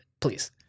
please